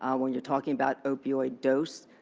ah when you're talking about opioid dose,